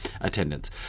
attendance